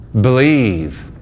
believe